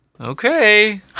Okay